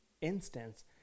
instance